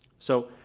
so,